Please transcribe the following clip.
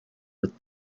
with